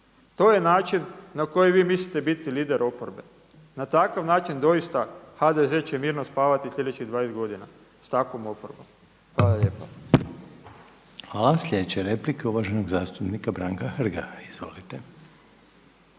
To je način na koji vi mislite biti lider oporbe? Na takav način doista HDZ će mirno spavati sljedećih 20 godina, s takvom oporbom. Hvala lijepa. **Reiner, Željko (HDZ)** Hvala. Sljedeća replika je uvaženog zastupnika Branka Hrga. Izvolite.